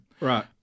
Right